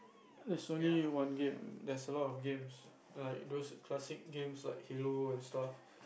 there's only one game there's a lot of games like those classic games like hello and stuff